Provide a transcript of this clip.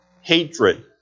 hatred